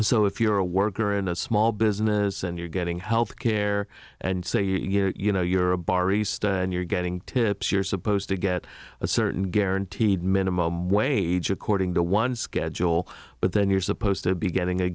so if you're a worker in a small business and you're getting health care and say you're you know you're a bar and you're getting tips you're supposed to get a certain guaranteed minimum wage according to one schedule but then you're supposed to be getting a